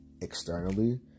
externally